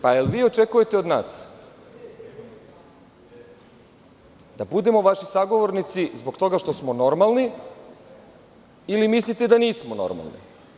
Da li vi očekujete od nas da budemo vaši sagovornici zbog toga što smo normalni ili mislite da nismo normalni?